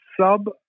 sub-